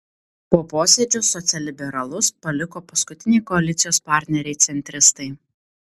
po posėdžio socialliberalus paliko paskutiniai koalicijos partneriai centristai